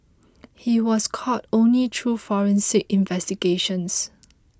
he was caught only through forensic investigations